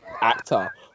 actor